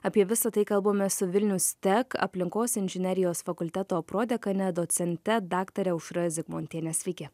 apie visa tai kalbamės su vilnius tech aplinkos inžinerijos fakulteto prodekane docente daktare aušra zigmontiene sveiki